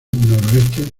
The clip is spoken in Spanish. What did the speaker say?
noroeste